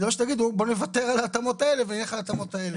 כי תגידו בואו נוותר על ההתאמות האלה ויהיו ההתאמות האלה.